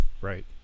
Right